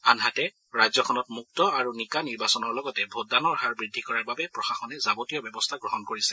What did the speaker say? আনহাতে ৰাজ্যখনত মুক্ত আৰু নিকা নিৰ্বাচনৰ লগতে ভোটদানৰ হাৰ বৃদ্ধি কৰাৰ বাবে প্ৰশাসনে যাৱতীয় ব্যৱস্থা গ্ৰহণ কৰিছে